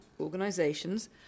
organisations